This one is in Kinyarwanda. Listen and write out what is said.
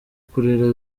kurira